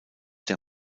der